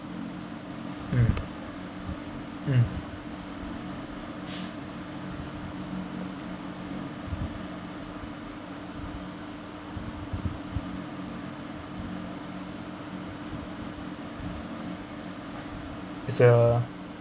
mm mm it's a